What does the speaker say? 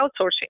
outsourcing